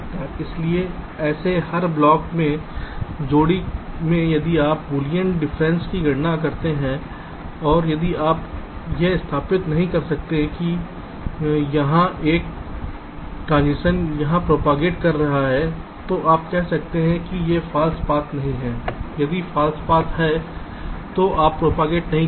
इसलिए ऐसे हर ब्लॉक में जोड़ी में यदि आप बूलियन अंतर की गणना करते हैं और यदि आप यह स्थापित नहीं कर सकते हैं कि यहां एक संक्रमण यहां प्रोपागेट कर सकता है तो आप कह सकते हैं कि यह पाथ फॉल्स पाथ नहीं है यदि फॉल्स है तो आप प्रोपागेट नहीं कर सकते